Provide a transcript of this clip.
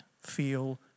feel